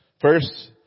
First